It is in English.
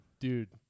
Dude